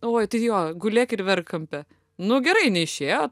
oi tai jo gulėk ir verk kampe nu gerai neišėjo